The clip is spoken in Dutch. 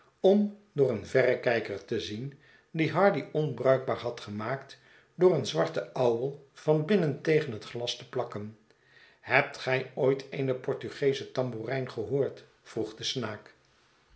om door een verrekijker te zien dien hardy onbruikbaar had gemaakt door een zwarten ouwel van binnen tegen het glas te plakken hebt gij ooit eene portugeesche tamboerijn gehoord vroeg de snaak